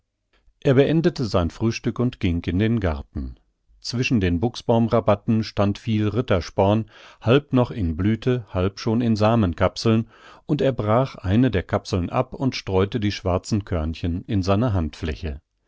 er beendete sein frühstück und ging in den garten zwischen den buchsbaum rabatten stand viel rittersporn halb noch in blüthe halb schon in samenkapseln und er brach eine der kapseln ab und streute die schwarzen körnchen in seine handfläche